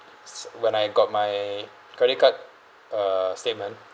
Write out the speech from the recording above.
s~ when I got my credit card uh statement